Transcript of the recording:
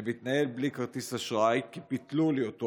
אני מתנהל בלי כרטיס אשראי כי ביטלו לי אותו,